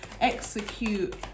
execute